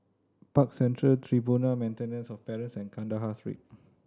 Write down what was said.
Park Central Tribunal for Maintenance of Present Kandahar Street